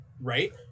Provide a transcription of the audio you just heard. right